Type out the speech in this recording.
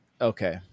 Okay